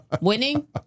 Winning